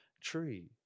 tree